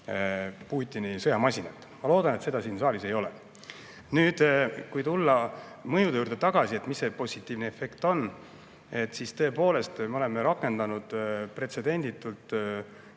Putini sõjamasinat. Ma loodan, et seda siin saalis ei soovita. Nüüd, kui tulla mõjude juurde tagasi, et mis see positiivne efekt on, siis tõepoolest, me oleme rakendanud pretsedenditult